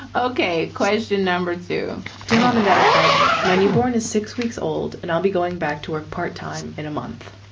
ah ok. question number two dear mom and dad are fighting. my newborn is six weeks old and i'll be going back to work part time in a month.